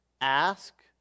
ask